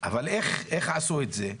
אבל איך עשו את זה?